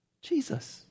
Jesus